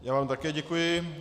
Já vám také děkuji.